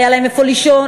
היה להם איפה לישון,